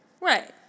Right